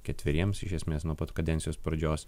ketveriems iš esmės nuo pat kadencijos pradžios